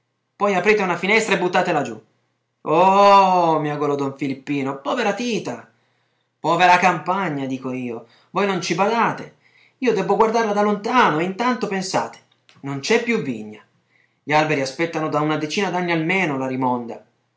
poi aprite una finestra e buttatela giù ohooo miaolò don filippino povera tita povera campagna dico io voi non ci badate io debbo guardarla da lontano e intanto pensate non c'è più vigna gli alberi aspettano da una diecina d'anni almeno la rimonda